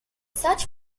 such